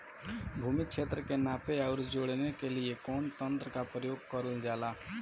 भूमि क्षेत्र के नापे आउर जोड़ने के लिए कवन तंत्र का प्रयोग करल जा ला?